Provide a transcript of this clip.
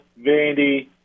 Vandy